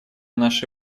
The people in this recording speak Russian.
наши